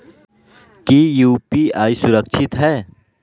की यू.पी.आई सुरक्षित है?